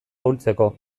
ahultzeko